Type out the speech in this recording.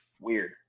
Weird